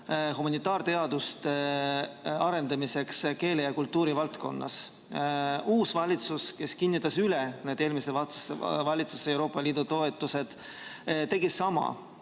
humanitaarteaduste arendamiseks keele- ja kultuurivaldkonnas. Uus valitsus, kes kinnitas need eelmise valitsuse Euroopa Liidu toetused üle, tegi sama.